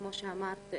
כמו שאמרת,